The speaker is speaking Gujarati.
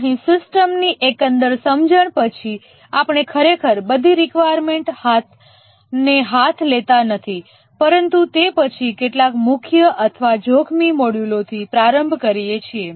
અહીં સિસ્ટમની એકંદર સમજણ પછી આપણે ખરેખર બધી રિકવાયર્મેન્ટને હાથ લેતા નથી પરંતુ તે પછી કેટલાક મુખ્ય અથવા જોખમી મોડ્યુલોથી પ્રારંભ કરીએ છીએ